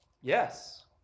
Yes